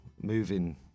moving